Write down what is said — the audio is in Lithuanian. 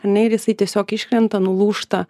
ar ne ir jisai tiesiog iškrenta nulūžta